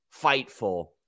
Fightful